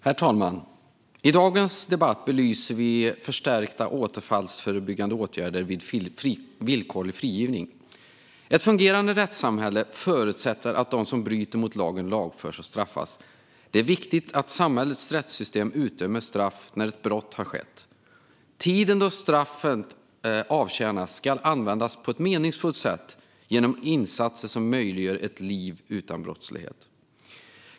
Herr talman! I dagens debatt belyser vi förstärkta återfallsförebyggande åtgärder vid villkorlig frigivning. Ett fungerande rättssamhälle förutsätter att de som bryter mot lagen lagförs och straffas. Det är viktigt att samhällets rättssystem utdömer straff när ett brott har skett. Tiden då straffet avtjänas ska användas på ett meningsfullt sätt genom insatser som möjliggör ett liv utan brottslighet.